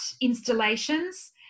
installations